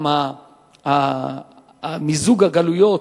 גם מיזוג הגלויות.